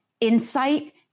insight